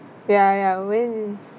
ya ya when